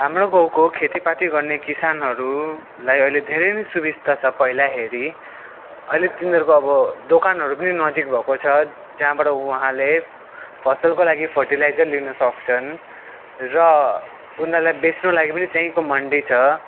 हाम्रो गाउँको खेतीपाती गर्ने किसानहरूलाई अहिले धेरै नै सुविस्ता छ पहिला हेरी अहिले तिनीहरूको अब दोकानहरू पनि नजिक भएको छ जहाँबाट उहाँले फसलको लागि फर्टिलाइजर लिनसक्छन् र उनीहरूलाई बेच्नुको लागि पनि त्यहीँको मन्डी छ